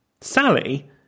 Sally